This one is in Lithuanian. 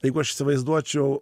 jeigu aš įsivaizduočiau